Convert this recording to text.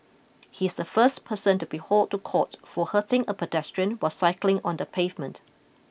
he is the first person to be hauled to court for hurting a pedestrian while cycling on the pavement